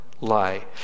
lie